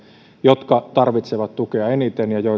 jotka tarvitsevat tukea eniten ja